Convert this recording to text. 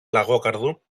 λαγόκαρδου